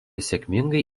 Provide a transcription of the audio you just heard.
sėkmingai